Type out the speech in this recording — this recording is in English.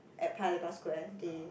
at Paya-Lebar Square they